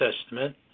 Testament